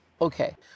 Okay